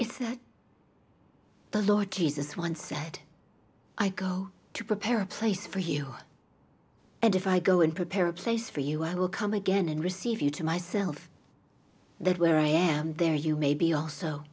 is that the lord jesus once said i go to prepare a place for you and if i go and prepare a place for you i will come again and receive you to myself that where i am there you may be also